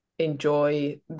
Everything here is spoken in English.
enjoy